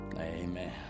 Amen